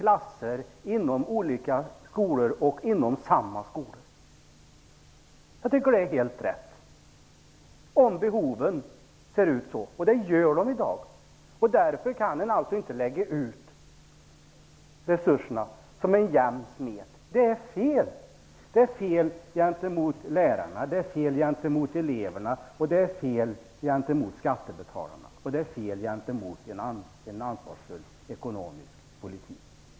Jag tycker att det är helt rätt, om behoven varierar, och det gör de i dag. Därför kan man alltså inte lägga ut resurserna som en jämn smet. Det är fel! Det är fel gentemot lärarna, eleverna och skattebetalarna. Det är också fel gentemot en ansvarsfull ekonomisk politik.